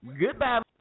Goodbye